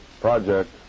project